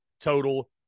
total